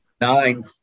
Nine